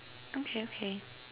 okay okay